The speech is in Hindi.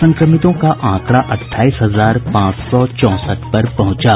संक्रमितों का आंकड़ा अठाईस हजार पांच सौ चौसठ पर पहुंचा